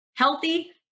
Healthy